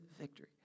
victory